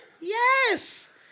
yes